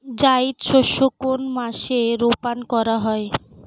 জায়িদ শস্য কোন মাসে রোপণ করা হয়?